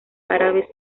árabes